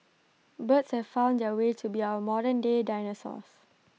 birds have been found to be our modernday dinosaurs